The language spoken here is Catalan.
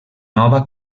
nova